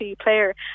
player